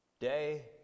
day